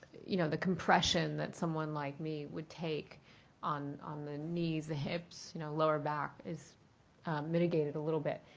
you know, the compression that someone like me would take on on the knees, the hips, the you know lower back is mitigated a little bit.